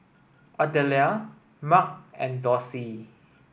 Ardelia Marc and Dorsey